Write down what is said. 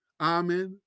Amen